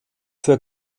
für